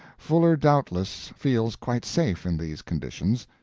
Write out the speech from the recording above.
fuller doubtless feels quite safe in these conditions.